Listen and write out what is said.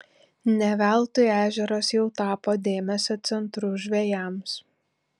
ne veltui ežeras jau tapo dėmesio centru žvejams